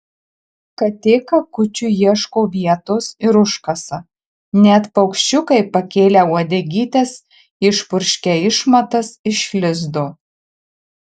katė kakučiui ieško vietos ir užkasa net paukščiukai pakėlę uodegytes išpurškia išmatas iš lizdo